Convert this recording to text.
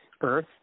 earth